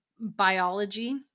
biology